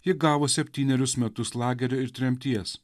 ji gavo septynerius metus lagerio ir tremties